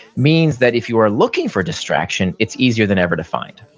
means that if you are looking for distraction it's easier than ever to find.